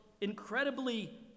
incredibly